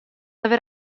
aver